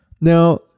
Now